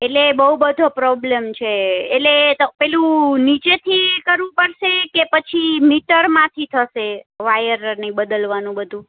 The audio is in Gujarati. એટલે એ બહુ બધો પ્રોબ્લમ છે એટલે એ તો પેલું નીચેથી કરવું પડશે કે પછી મીટરમાંથી થશે વાયર ને એ બદલવાનું બધું